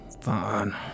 Fine